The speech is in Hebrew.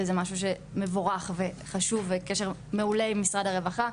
וזה משהו שמבורך וחשוב וקשר מעולה עם משרד הרווחה.